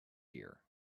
here